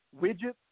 widgets